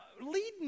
leading